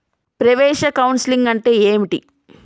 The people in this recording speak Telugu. ప్రవేశ కౌన్సెలింగ్ అంటే ఏమిటి?